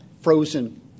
frozen